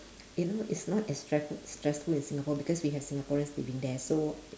you know is not as stressful stressful in singapore because we have singaporeans living there so